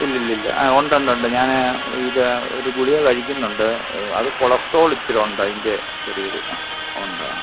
ഇല്ലില്ലില്ല ആ ഉണ്ടുണ്ടുണ്ട് ഞാൻ ഇത് ഒരു ഗുളിക കഴിക്കുന്നുണ്ട് അത് കൊളസ്ട്രോളിച്ചിരുണ്ടതിൻ്റെ ചെറിയൊരു ആ ഉണ്ട് ആ